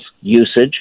usage